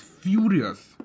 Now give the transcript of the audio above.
furious